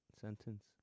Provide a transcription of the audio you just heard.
sentence